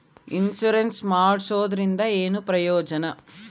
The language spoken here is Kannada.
ಇನ್ಸುರೆನ್ಸ್ ಮಾಡ್ಸೋದರಿಂದ ಏನು ಪ್ರಯೋಜನ?